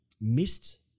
missed